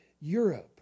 Europe